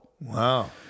Wow